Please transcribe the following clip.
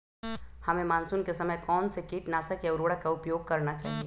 हमें मानसून के समय कौन से किटनाशक या उर्वरक का उपयोग करना चाहिए?